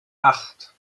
acht